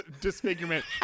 disfigurement